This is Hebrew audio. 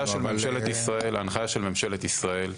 ההנחיה של ממשלת ישראל,